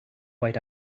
white